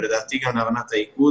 ולדעתי גם להבנת האיגוד,